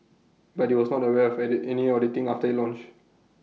but he was not aware for edit any auditing after IT launched